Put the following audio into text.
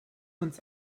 uns